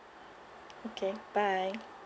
okay bye